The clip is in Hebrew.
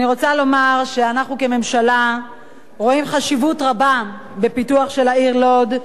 אנחנו כממשלה רואים חשיבות רבה בפיתוח העיר לוד,